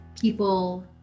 people